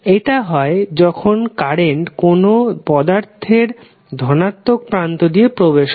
এটা হয় যখন কারেন্ট কোন পদার্থের ধনাত্মক প্রান্ত দিয়ে প্রবেশ করে